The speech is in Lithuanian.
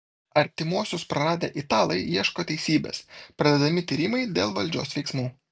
artimuosius praradę italai ieško teisybės pradedami tyrimai dėl valdžios veiksmų